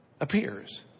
appears